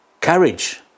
Courage